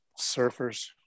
surfers